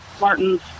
Martins